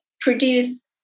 produce